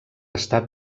està